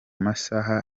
masaha